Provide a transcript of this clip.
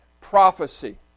prophecy